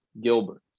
Gilbert